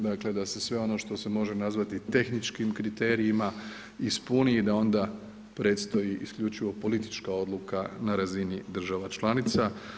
Dakle, da se sve ono što se može nazvati tehničkim kriterijima ispuni i da onda predstoji isključivo politička odluka na razini država članica.